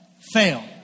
Fail